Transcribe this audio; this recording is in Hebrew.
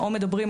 או מדברים,